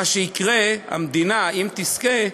מה שיקרה, המדינה, אם תזכה,